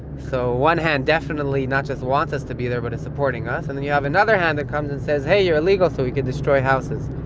so one hand definitely not just wants us to be there but actually supporting us, and then you have another hand that comes and says, hey, you're illegal so we can destroy houses.